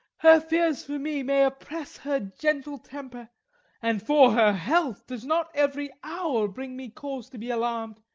her fears for me may oppress her gentle temper and for her health, does not every hour bring me cause to be alarmed?